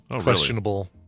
questionable